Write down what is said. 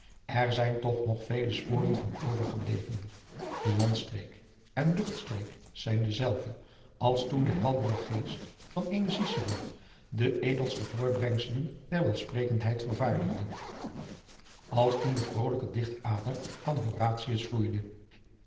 er zijn toch nog vele sporen van overgebleven de landstreek en luchtstreek zijn dezelfde als toen de heldere geest van eenen cicero de edelste voortbrengsels der welsprekendheid vervaardigde als toen de vrolijke dichtader van horatius vloeide